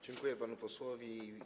Dziękuję panu posłowi.